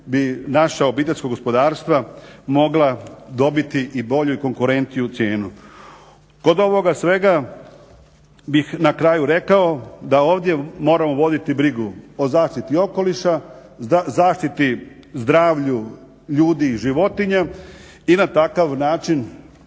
bi naša obiteljska gospodarstva mogla dobiti i bolju i konkurentniju cijenu. Kod ovoga svega bih na kraju rekao da ovdje moramo voditi brigu o zaštiti okoliša, zaštiti, zdravlju ljudi i životinja i na takav način